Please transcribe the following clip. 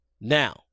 Now